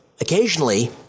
Occasionally